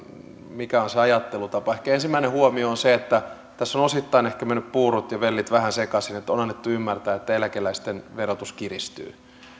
mikä on se ajattelutapa ehkä ensimmäinen huomio on se että tässä ovat osittain ehkä menneet puurot ja vellit vähän sekaisin että on annettu ymmärtää että eläkeläisten verotus kiristyy